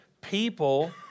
people